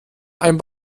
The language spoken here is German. ein